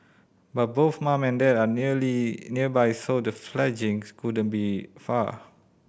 but both mum and dad are nearly nearby so the fledglings couldn't be far